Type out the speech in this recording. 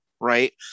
right